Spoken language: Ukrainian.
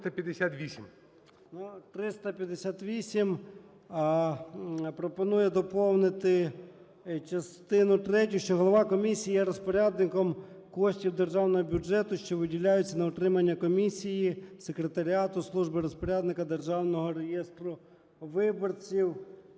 358 пропонує доповнити частину третю, що Голова Комісії є розпорядником коштів Державного бюджету, що виділяються на утримання Комісії, Секретаріату, Служби розпорядника Державного реєстру виборців.